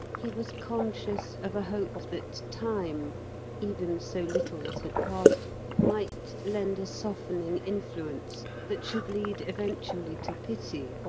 he was conscious of a hope that time even so little as had passed might lend a softening influence that should lead eventually to pity,